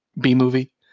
B-movie